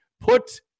put